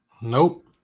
Nope